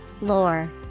Lore